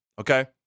okay